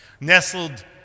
nestled